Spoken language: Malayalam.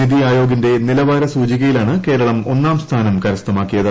നിതി ആയോഗിന്റെ നിലവാര സൂചികയിലാണ് കേരളം ഒന്നാം സ്ഥാനം കരസ്ഥമാക്കിയത്